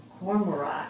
cormorant